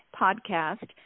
podcast